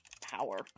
power